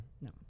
no